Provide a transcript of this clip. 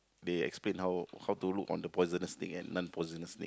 they explain how how to look on the poisonous snake and non poisonous snake